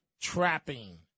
trapping